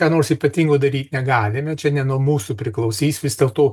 ką nors ypatingo daryt negalim čia ne nuo mūsų priklausys vis dėlto